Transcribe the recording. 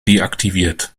deaktiviert